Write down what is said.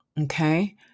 okay